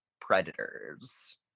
predators